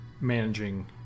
managing